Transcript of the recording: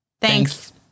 Thanks